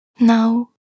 Now